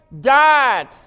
died